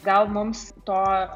gal mums to